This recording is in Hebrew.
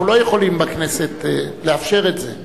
אנחנו לא יכולים בכנסת לאפשר את זה.